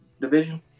division